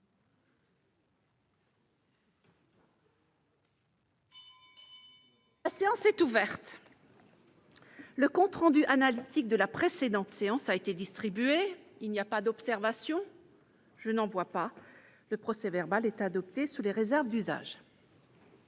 La séance est ouverte. Le compte rendu analytique de la précédente séance a été distribué. Il n'y a pas d'observation ?... Le procès-verbal est adopté sous les réserves d'usage.